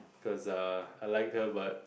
cause err I like her but